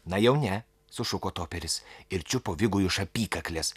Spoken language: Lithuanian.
na jau ne sušuko toperis ir čiupo vigui už apykaklės